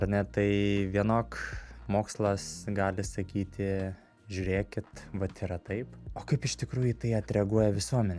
ar ne tai vienok mokslas gali sakyti žiūrėkit vat yra taip o kaip iš tikrųjų į tai atreaguoja visuomenė